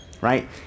right